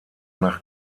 nach